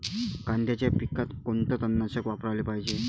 कांद्याच्या पिकात कोनचं तननाशक वापराले पायजे?